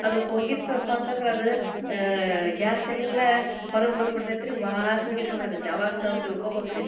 ಅದು ಹೋಗಿತ್ತಪ್ಪ ಅಂತಂದ್ರೆ ಅದು ಗ್ಯಾಸ್ ಎಲ್ಲ ಹೊರಗೆ ಬಂದು ಬಿಡ್ತೈತೆ ರೀ ವಾಸ್ನೆ ಹಿಡ್ದು ಬಿಡ್ತೈತಿ ಅವಾಗ ನಾವು ತಿಳ್ಕೊಬೇಕ್ ರೀ